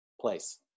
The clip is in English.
place